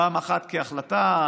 פעם אחת כהחלטה,